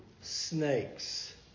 snakes